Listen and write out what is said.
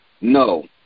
No